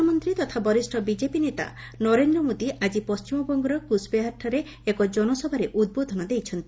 ପ୍ରଧାନମନ୍ତ୍ରୀ ତଥା ବରିଷ୍ଣ ବିଜେପି ନେତା ନରେନ୍ଦ୍ର ମୋଦି ଆଜି ପଣ୍ଟିମବଙ୍ଗର କୂଚ୍ବେହାରଠାରେ ଏକ ଜନସଭାରେ ଉଦ୍ବୋଧନ ଦେଇଛନ୍ତି